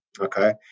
okay